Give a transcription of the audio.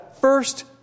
first